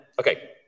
okay